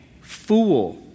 Fool